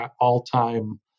all-time